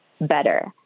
better